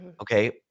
Okay